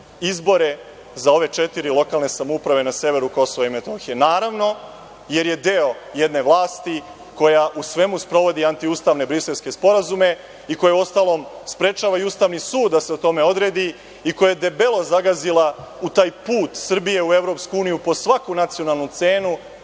izbore za ove četiri lokalne samouprave na severu KiM, naravno, jer je deo jedne vlasti koja u svemu sprovodi antiustavne briselske sporazume i koja uostalom sprečava i Ustavni sud da se o tome odredi i koja je debelo zagazila u taj put Srbije u EU po svaku nacionalnu cenu,